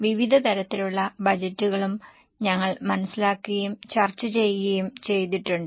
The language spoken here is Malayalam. വിവിധ തരത്തിലുള്ള ബജറ്റുകളും ഞങ്ങൾ മനസ്സിലാക്കുകയും ചർച്ച ചെയ്യുകയും ചെയ്തിട്ടുണ്ട്